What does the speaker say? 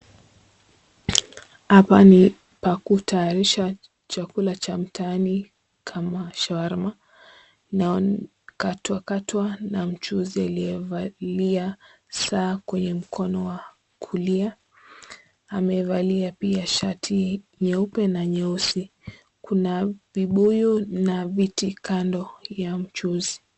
Hapa ni pa kutayarisha chakula cha mtaani kama shawarma. Inakatakatwa na mchuuzi aliyevalia saa kwenye mkono wa kulia. Amevalia pia shati nyeupe na nyeusi. Kuna vibuyu na viti kando ya mchuuzi.